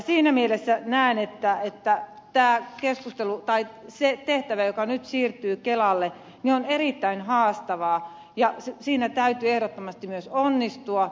siinä mielessä näen että se tehtävä joka nyt siirtyy kelalle on erittäin haastava ja siinä täytyy ehdottomasti myös onnistua